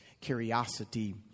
curiosity